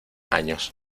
años